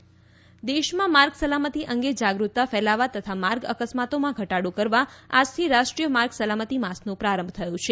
માર્ગ સલામતી દેશમાં માર્ગ સલામતી અંગે જાગૃતતા ફેલાવવા તથા માર્ગ અકસ્માતોમાં ઘટાડો કરવા આજથી રાષ્ટ્રીય માર્ગ સલામતી માસનો પ્રારંભ થયો છે